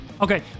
Okay